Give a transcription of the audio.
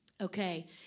Okay